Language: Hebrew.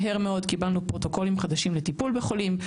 מהר מאוד קיבלנו פרוטוקולים חדשים לטיפול בחולים,